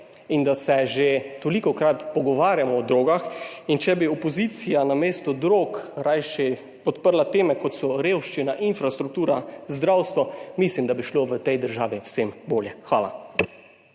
in da se že tolikokrat pogovarjamo o drogah in če bi opozicija namesto drog rajši odprla teme, kot so revščina, infrastruktura, zdravstvo, mislim, da bi šlo v tej državi vsem bolje. Hvala.